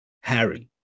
Harry